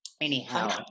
anyhow